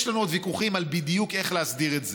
יש לנו ויכוחים על איך בדיוק להסדיר את זה,